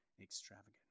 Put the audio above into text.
extravagant